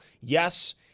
Yes